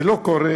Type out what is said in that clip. זה לא קורה,